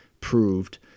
proved—